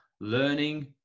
learning